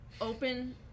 open